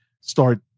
start